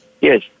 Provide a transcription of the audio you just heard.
Yes